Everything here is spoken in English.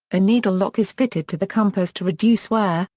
a needle lock is fitted to the compass to reduce wear,